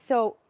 so,